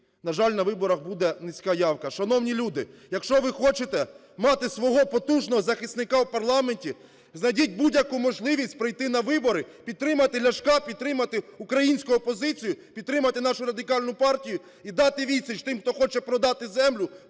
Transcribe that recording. на жаль, на виборах буде низька явка. Шановні люди, якщо ви хочете мати свого потужного захисника в парламенті, знайдіть будь-яку можливість прийти на вибори, підтримати Ляшка, підтримати українську опозицію, підтримати нашу Радикальну партію і дати відсіч тим, хто хоче продати землю,